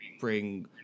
bring